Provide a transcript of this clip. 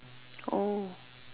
oh